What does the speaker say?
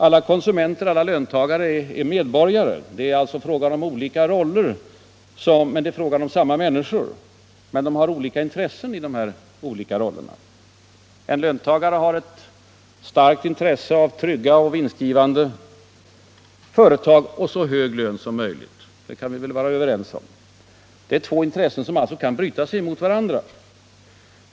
Alla konsumenter, alla löntagare är medborgare. Det är alltså fråga om olika roller; det är fråga om samma människor, men de har olika intressen i de här olika rollerna. En löntagare har ett starkt intresse av trygga och vinstgivande företag och så hög lön som möjligt — det kan vi väl vara överens om. Det är två intressen som alltså kan bryta sig mot varandra.